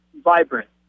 vibrant